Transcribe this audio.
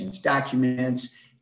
documents